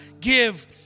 give